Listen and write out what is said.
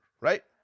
right